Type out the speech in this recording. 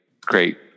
great